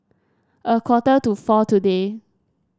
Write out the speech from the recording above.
a quarter to four today